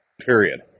Period